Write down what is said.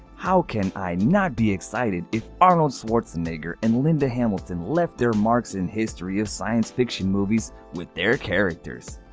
how can i not be excited if arnold schwarzenegger and linda hamilton left their marks in the history of science fiction movies with their characters!